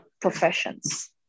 professions